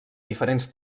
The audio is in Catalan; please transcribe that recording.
diferents